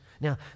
Now